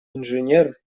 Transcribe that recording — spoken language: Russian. инженер